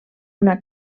una